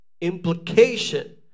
implication